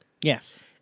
Yes